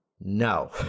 no